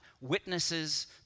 witnesses